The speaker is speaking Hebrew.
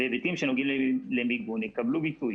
והיבטים שנוגעים למיגון יקבלו ביטוי.